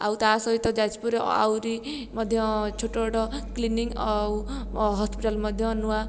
ଆଉ ତା ସହିତ ଯାଜପୁର ରେ ଆହୁରି ମଧ୍ୟ ଛୋଟ ଛୋଟ କ୍ଲିନିକ୍ ଆଉ ହସ୍ପିଟାଲ୍ ମଧ୍ୟ ନୂଆ